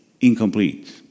incomplete